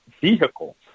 vehicle